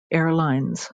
airlines